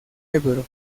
ebro